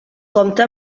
compta